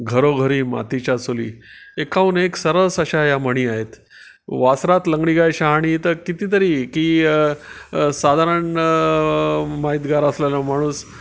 घरोघरी मातीच्या चुली एकाहून एक सर्रास अशा या म्हणी आहेत वासरात लंगडी गाय शहाणी तर कितीतरी की साधारण माहितगार असलेला माणूस